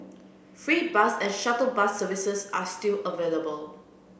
free bus and shuttle bus services are still available